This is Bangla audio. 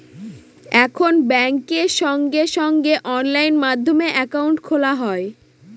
এখন ব্যাঙ্কে সঙ্গে সঙ্গে অনলাইন মাধ্যমে একাউন্ট খোলা যায়